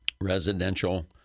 residential